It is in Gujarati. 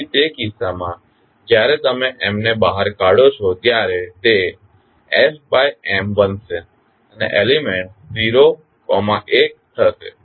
તેથી તે કિસ્સામાં જ્યારે તમે M ને બહાર કાઢો છો ત્યારે તે fM બનશે અને એલીમેન્ટ્સ 0 1 થશે